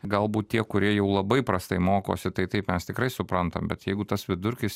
galbūt tie kurie jau labai prastai mokosi tai taip mes tikrai suprantam bet jeigu tas vidurkis